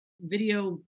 video